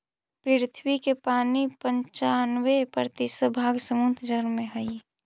पृथ्वी के पानी के पनचान्बे प्रतिशत भाग समुद्र जल हई